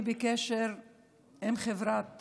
אני בקשר עם חברת